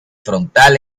frontal